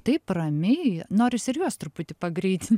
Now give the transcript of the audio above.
taip ramiai norisi ir juos truputį pagreitin